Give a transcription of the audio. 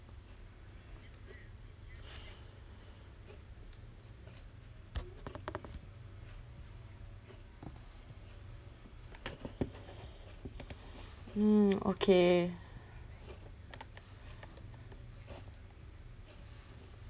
hmm okay